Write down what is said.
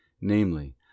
namely